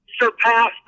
surpassed